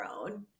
own